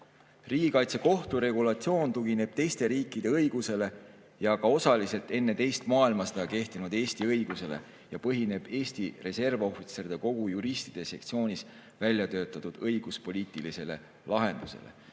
Riigikaitsekohtu regulatsioon tugineb teiste riikide õigusele ja osaliselt ka enne teist maailmasõda kehtinud Eesti õigusele ning põhineb Eesti Reservohvitseride Kogu juristide sektsioonis välja töötatud õigus‑poliitilisel lahendusel.